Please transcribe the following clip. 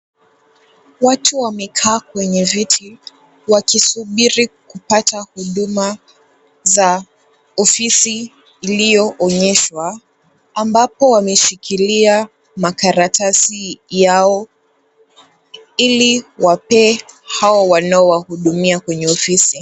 Watu wamekaa kwenye viti wakisubiri kupata huduma za ofisi iliyoonyeshwa ambapo wameshikila makaratasi yao ili wapee hao wanao wahudumia kwenye ofisi.